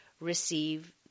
receive